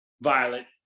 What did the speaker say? Violet